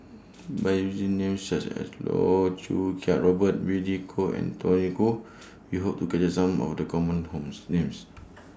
By using Names such as Loh Choo Kiat Robert Billy Koh and Tony Khoo We Hope to capture Some of The Common Homes Names